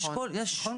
נכון.